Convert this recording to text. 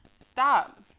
stop